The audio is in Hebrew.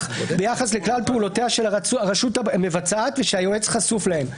ביחס לכלל פעולותיה של הרשות המבצעת ושהיועץ חשוף להן.